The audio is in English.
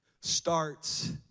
starts